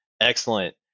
Excellent